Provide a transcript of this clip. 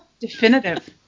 definitive